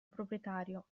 proprietario